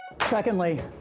Secondly